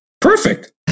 Perfect